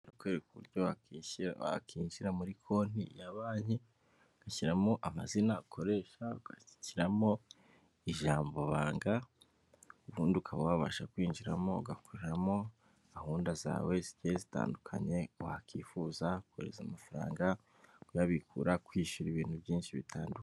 Barakwereka uburyo wakwinjira muri konti ya banki, ugashyiramo amazina ugashiramo amazina ukoresha, ugashiramo ijambo banga, ubundi ukaba wabasha kwinjiramo ugakoreramo gahunda zawe zigiye zitandukanye wakwifuza, kohereza amafaranga, kuyabikura, kwishyura ibintu byinshi bitandukanye.